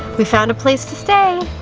we found a place to stay.